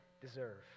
deserve